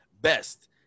best